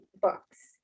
books